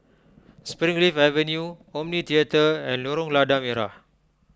Springleaf Avenue Omni theatre and Lorong Lada Merah